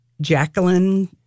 Jacqueline